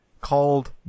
called